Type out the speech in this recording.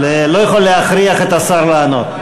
אבל אני לא יכול להכריח את השר לענות.